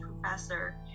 professor